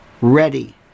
ready